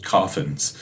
Coffins